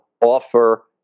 offer